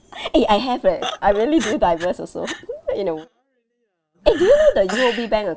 eh I have leh I really do diverse also you know eh do you know the U_O_B bank ac~